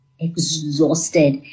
Exhausted